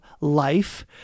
life